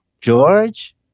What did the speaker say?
George